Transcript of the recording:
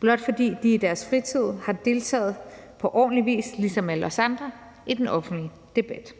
blot fordi de i deres fritid har deltaget på ordentlig vis ligesom alle os andre i den offentlige debat.